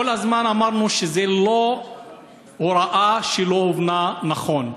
כל הזמן אמרנו שזו לא הוראה שלא הובנה נכון,